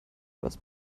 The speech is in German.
was